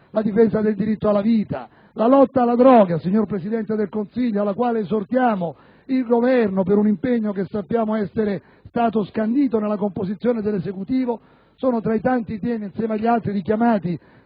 la difesa del diritto alla vita, la lotta alla droga, signor Presidente del Consiglio, in merito alla quale esortiamo il Governo per un impegno che sappiamo essere stato scandito nella composizione dell'Esecutivo, sono tra i tanti temi richiamati,